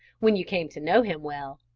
when you came to know him well.